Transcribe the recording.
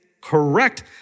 correct